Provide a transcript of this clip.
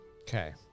Okay